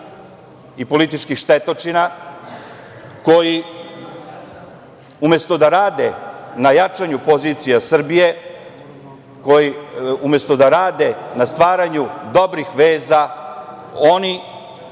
i političkih štetočina, koji umesto da rade na jačanju pozicija Srbije, umesto da rade na stvaranju dobrih veza, oni